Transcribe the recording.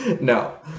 No